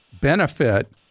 benefit